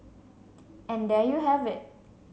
and there you have it